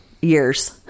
years